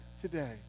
today